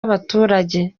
abaturage